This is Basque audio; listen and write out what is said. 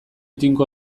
tinko